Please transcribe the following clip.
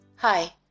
Hi